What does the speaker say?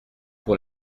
pour